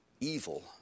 evil